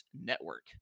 Network